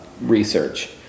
research